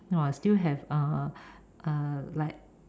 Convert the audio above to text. !wah! still have uh like